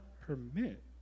permit